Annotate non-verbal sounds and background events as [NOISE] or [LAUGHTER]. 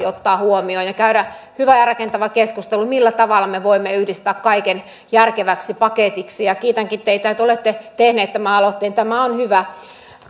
[UNINTELLIGIBLE] ottaa huomioon ja käydä hyvä ja rakentava keskustelu millä tavalla me voimme yhdistää kaiken järkeväksi paketiksi kiitänkin teitä että olette tehnyt tämän aloitteen tämä on hyvä